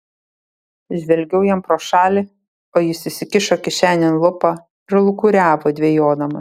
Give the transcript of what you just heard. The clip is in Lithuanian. žvelgiau jam pro šalį o jis įsikišo kišenėn lupą ir lūkuriavo dvejodamas